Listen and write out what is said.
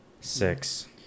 six